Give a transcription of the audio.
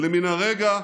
ולמן הרגע,